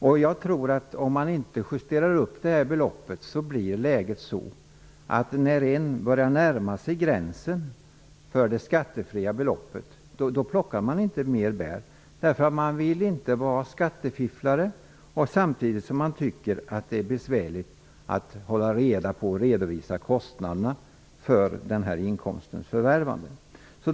Om inte beloppet justeras upp tror jag att läget blir sådant att den som börjar närma sig gränsen för det skattefria beloppet inte plockar mer bär. Man vill inte vara skattefifflare, samtidigt som man tycker att det är besvärligt att hålla reda på och redovisa kostnaderna för den här inkomstens förvärvande.